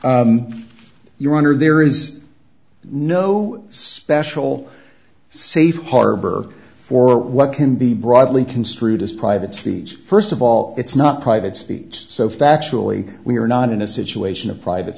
your honor there is no special safe harbor for what can be broadly construed as private speech st of all it's not private speech so factually we are not in a situation of private